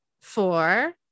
four